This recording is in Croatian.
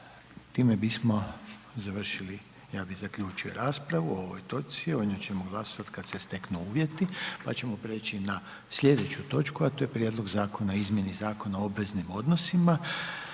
Time bismo završili, ja bi zaključio raspravu o ovoj točci, o njoj ćemo glasovati kad se steknu uvjeti, pa ćemo preći na slijedeću točku. **Jandroković, Gordan